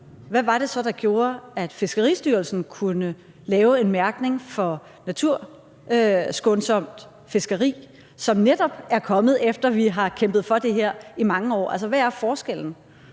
Hvad var det så, der gjorde, at Fiskeristyrelsen kunne lave en mærkning for naturskånsomt fiskeri, som netop er kommet, efter at vi har kæmpet for det her i mange år? Altså, hvad er forskellen?